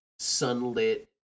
sunlit